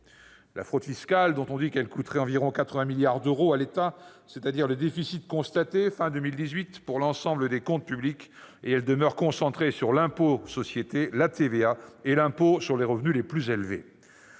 La fraude fiscale, dont on dit qu'elle coûterait environ 80 milliards d'euros à l'État, c'est-à-dire l'équivalent du déficit constaté à la fin de 2018 pour l'ensemble des comptes publics, demeure concentrée sur l'impôt sur les sociétés, la TVA et l'impôt sur les revenus les plus élevés.